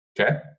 Okay